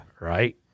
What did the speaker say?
Right